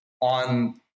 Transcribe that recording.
on